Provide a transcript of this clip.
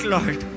Lord